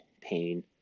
pain